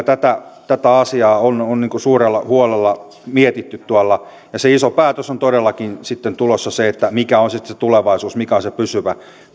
tätä tätä asiaa on suurella huolella mietitty tuolla ja se iso päätös on todellakin sitten tulossa siitä mikä on sitten se tulevaisuus ja mikä on se pysyvä